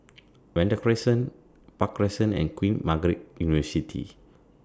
Vanda Crescent Park Crescent and Queen Margaret University